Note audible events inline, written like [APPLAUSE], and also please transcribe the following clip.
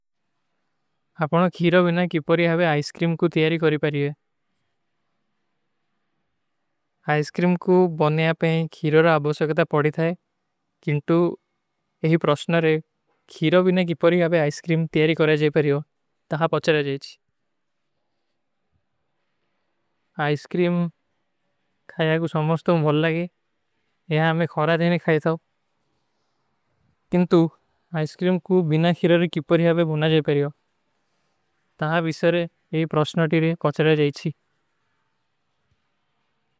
ହାପๆନୋଂ ଖୀରୋ ବିନା କିପରୀ ହାଋଈସ୍କ୍ରୀମ କୂ ତୀଯାରି କରୀ ପାରିଯ। [HESITATION] ଆଇସ୍କ୍ରୀମ କୂ ବନି ଆପେଂ ଖୀରୋମେଂ ଅଭଵାସ୍ଥେ କୋ ଳ଼ୁକ୍ତା ପାଡି ହୈ। କି ଇହୀ ପ୍ରସନରେ କ୍ଯସରା ଆଇସ୍କ୍ରୀମ କୁ ବିନା ଖିରର କି ପରିଯାବେ ଭୁନା ଜାଯେ ପରିଯୋ?। ତହାଂ ଵିସ୍ଵରେ ଯେ ପ୍ରସ୍ଣାଟୀରେ ପଚଡା ଜାଯେଚୀ।